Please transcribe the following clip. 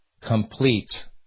complete